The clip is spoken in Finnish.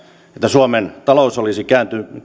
että suomen talous olisi